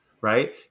right